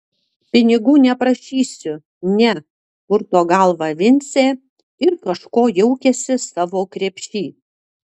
pinigų neprašysiu ne purto galvą vincė ir kažko jaukiasi savo krepšy